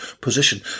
position